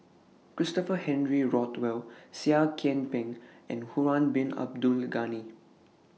Christopher Henry Rothwell Seah Kian Peng and Harun Bin Abdul Ghani